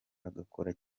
agakora